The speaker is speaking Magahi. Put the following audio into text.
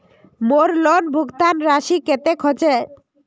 मोर लोन भुगतान राशि कतेक होचए?